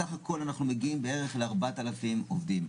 בסך הכול, אנחנו מגיעים בערך ל-4,000 עובדים.